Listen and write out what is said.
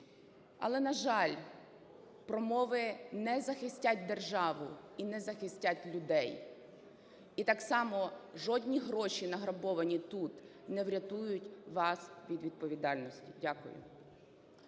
Але, на жаль, промови не захистять державу і не захистять людей, і так само жодні гроші, награбовані тут, не врятують вас від відповідальності. Дякую.